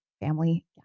family